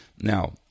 Now